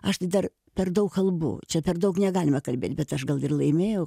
aš tai dar per daug kalbu čia per daug negalima kalbėti bet aš gal ir laimėjau